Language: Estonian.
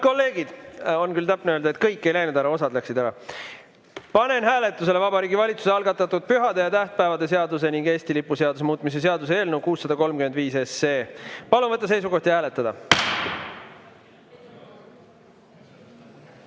kolleegid, on täpne öelda, et kõik ei läinud ära, osa läks ära. Panen hääletusele Vabariigi Valitsuse algatatud pühade ja tähtpäevade seaduse ning Eesti lipu seaduse muutmise seaduse eelnõu 635. Palun võtta seisukoht ja hääletada!